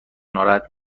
ناراحت